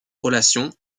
relation